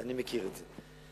אני מכיר את זה.